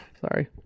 sorry